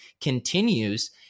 continues